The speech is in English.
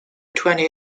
twenty